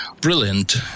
brilliant